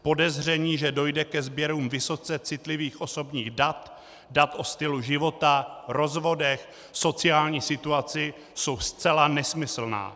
Podezření, že dojde ke sběrům vysoce citlivých osobních dat, dat o stylu života, rozvodech, sociální situaci, jsou zcela nesmyslná.